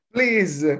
Please